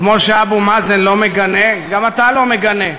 כמו שאבו מאזן לא מגנה, גם אתה לא מגנה.